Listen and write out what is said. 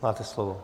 Máte slovo.